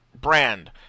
brand